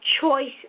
choice